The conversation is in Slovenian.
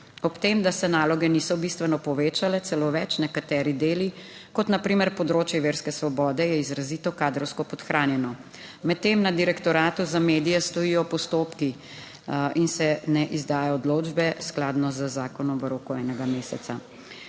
ob tem, da se naloge niso bistveno povečale, celo več, nekateri deli, kot na primer področje verske svobode, je izrazito kadrovsko podhranjeno. Medtem na direktoratu za medije stojijo postopki in se ne izda odločbe, skladno z zakonom v roku enega meseca.